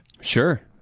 Sure